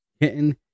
kitten